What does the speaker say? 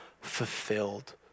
fulfilled